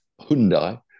Hyundai